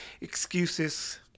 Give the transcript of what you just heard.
excuses